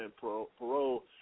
parole